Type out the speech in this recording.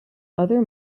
other